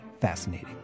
fascinating